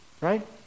right